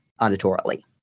auditorily